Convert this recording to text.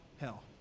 hell